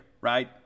right